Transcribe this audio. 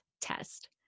test